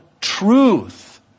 truth